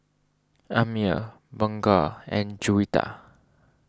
Ammir Bunga and Juwita